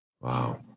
Wow